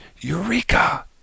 Eureka